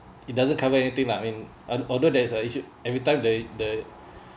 it doesn't cover anything lah I mean al~ although there is a issue everytime the the